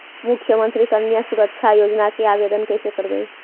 मुख्यमंत्री कन्या सुरक्षा योजना के आवेदन कैसे करबइ?